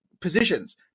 positions